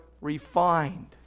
refined